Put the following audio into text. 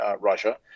Russia